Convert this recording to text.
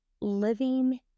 living